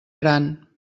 gran